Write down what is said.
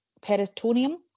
peritoneum